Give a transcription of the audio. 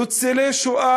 ניצולי שואה,